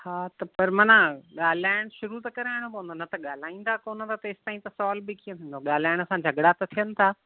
हा त पर मन ॻाल्हाइण शुरू त कराइणो पवंदो न त ॻाल्हाईंदा कोन्ह त तेसि तईं त सॉल्व बि कीअं थींदो ॻाल्हाइण सां झगिड़ा त थियनि था